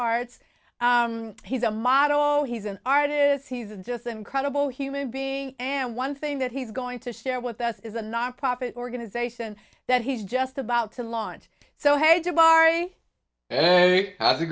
arts he's a model all he's an artist he's just an incredible human being and one thing that he's going to share with us is a nonprofit organization that he's just about to launch so hey jill barshay how's it